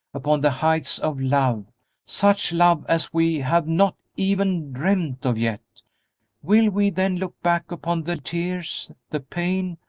upon the heights of love such love as we have not even dreamed of yet will we then look back upon the tears, the pain,